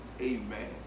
Amen